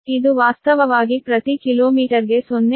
ಇದು ವಾಸ್ತವವಾಗಿ ಪ್ರತಿ ಕಿಲೋಮೀಟರ್ಗೆ 0